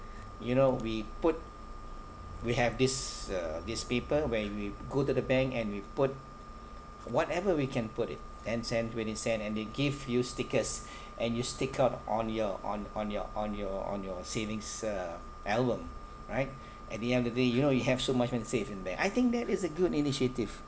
you know we put we have this uh this people where we go to the bank and we put whatever we can put it ten cent twenty cent and they give you stickers and you stick up on your on on your on your on your savings uh album right at the end of the day you know you have so much money saved in the bank I think that is a good initiative